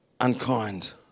unkind